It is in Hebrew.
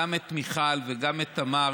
שמעתי גם את מיכל וגם את תמר,